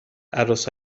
عروس